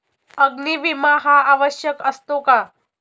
अग्नी विमा हा आवश्यक असतो का?